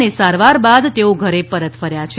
અને સારવાર બાદ તેઓ ઘરે પરત ફર્યા છે